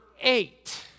eight